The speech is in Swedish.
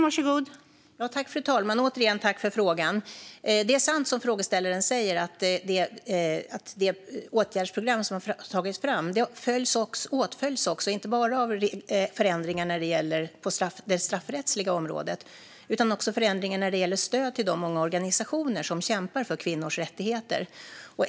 Fru talman! Det är sant som frågeställaren säger att det åtgärdsprogram som har tagits fram åtföljs inte bara av förändringar på det straffrättsliga området utan också av förändringar när det gäller stöd till de många organisationer som kämpar för kvinnors rättigheter.